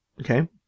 Okay